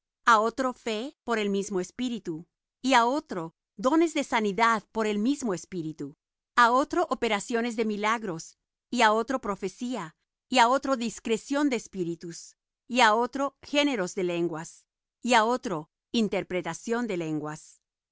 a otro fe por el mismo espíritu y á otro dones de sanidades por el mismo espíritu a otro operaciones de milagros y á otro profecía y á otro discreción de espíritus y á otro géneros de lenguas y á otro interpretación de lenguas